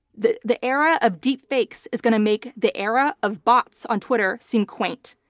the the era of deep fakes is going to make the era of bots on twitter seem quaint.